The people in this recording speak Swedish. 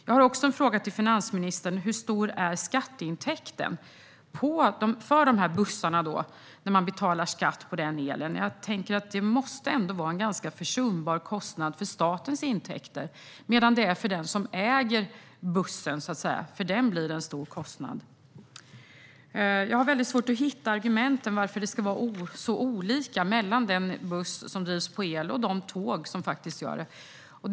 Jag har en annan fråga till finansministern: Hur stor är skatteintäkten på el för dessa bussar? Det måste ändå vara en ganska försumbar skatteintäkt för staten, medan det blir en stor kostnad för den som äger bussarna. Jag har mycket svårt att hitta argumenten för att det ska vara så olika villkor för de bussar som drivs med el och för de tåg som drivs med el.